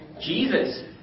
Jesus